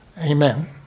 Amen